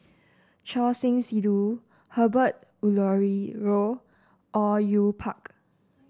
Choor Singh Sidhu Herbert Eleuterio Au Yue Pak